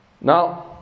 Now